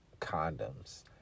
condoms